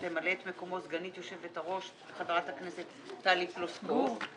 שתמלא את מקומות סגנית יושבת-הראש חברת הכנסת טלי פלוסקוב.